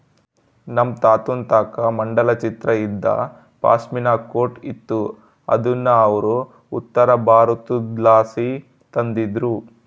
ನಮ್ ತಾತುನ್ ತಾಕ ಮಂಡಲ ಚಿತ್ರ ಇದ್ದ ಪಾಶ್ಮಿನಾ ಕೋಟ್ ಇತ್ತು ಅದುನ್ನ ಅವ್ರು ಉತ್ತರಬಾರತುದ್ಲಾಸಿ ತಂದಿದ್ರು